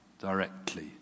directly